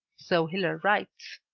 so hiller writes.